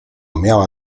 miała